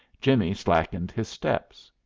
jimmie slackened his steps.